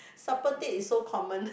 supper date is so common